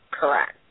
correct